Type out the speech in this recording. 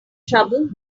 trouble